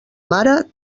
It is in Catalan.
mare